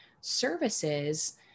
services